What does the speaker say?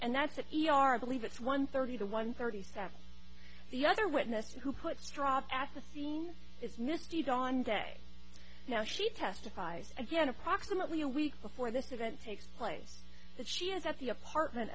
and that's the e r believe it's one thirty to one thirty seven the other witness who put strop at the scene is misty dawn day now she testifies again approximately a week before this event takes place that she is at the apartment